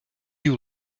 you